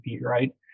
right